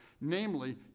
namely